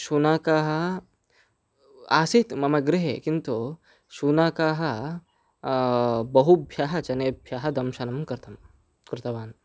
शुनकः आसीत् मम गृहे किन्तु शुनकः बहुभ्यः जनेभ्यः दंशनं कृतं कृतवान्